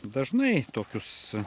dažnai tokius